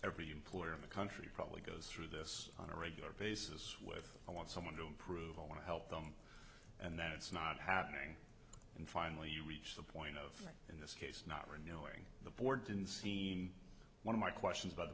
every employer in the country probably goes through this on a regular basis with i want someone to improve i want to help them and then it's not happening and finally you reach the point of this case not renewing the board didn't seem one of my questions about the